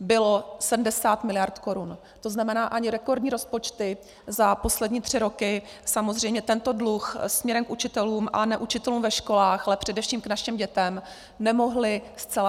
bylo 70 miliard korun, tzn. ani rekordní rozpočty za poslední tři roky samozřejmě tento dluh směrem k učitelům a neučitelům ve školách, ale především našim dětem nemohly zcela smazat.